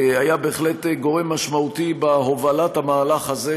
היה בהחלט גורם משמעותי בהובלת המהלך הזה,